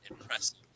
impressive